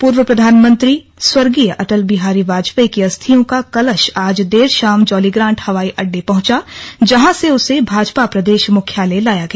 पूर्व प्रधानमंत्री स्वर्गीय अटल बिहारी वाजेपीय की अस्थियों का कलश आज देर शाम जौलीग्रांट हवाई अड्डे पहंचा जहां से उसे भाजपा प्रदेश मुख्यालय लाया गया